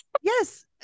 yes